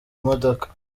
imodoka